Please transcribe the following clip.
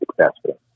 successful